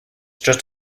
just